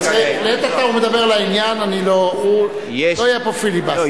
הוא מדבר לעניין, לא יהיה פה פיליבסטר.